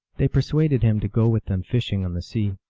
they persuaded him to go with them fishing on the sea.